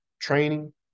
training